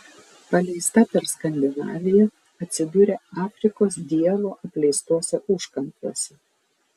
paleista per skandinaviją atsidūrė afrikos dievo apleistuose užkampiuose